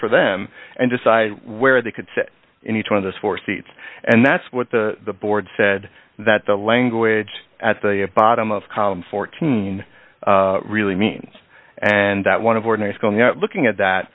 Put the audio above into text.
for them and decide where they could sit in each one of those four seats and that's what the board said that the language at the bottom of column fourteen really means and that one of ordinary looking at that